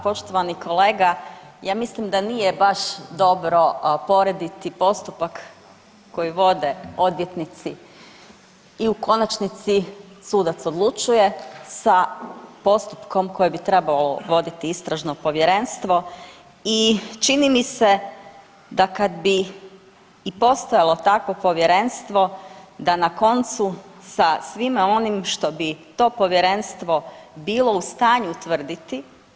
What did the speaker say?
Poštovani kolega ja mislim da nije baš dobro porediti postupak koji vode odvjetnici i u konačnici sudac odlučuje sa postupkom koji bi trebao voditi Istražno povjerenstvo i čini mi se da kada bi i postojalo takvo povjerenstvo da na koncu sa svima onim što bi to povjerenstvo bilo u stanju utvrditi.